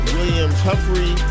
Williams-Humphrey